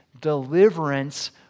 deliverance